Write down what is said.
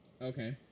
Okay